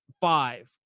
five